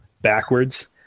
backwards